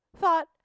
thought